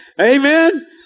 Amen